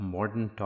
Modern